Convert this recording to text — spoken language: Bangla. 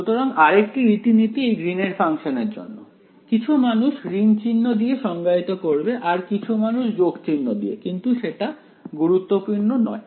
সুতরাং আরেকটি রীতিনীতি এই গ্রীন এর ফাংশনের জন্য কিছু মানুষ ঋণ চিহ্ন দিয়ে সংজ্ঞায়িত করবে আর কিছু মানুষ যোগ চিহ্ন দিয়ে কিন্তু সেটা গুরুত্বপূর্ণ নয়